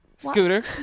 Scooter